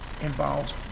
involves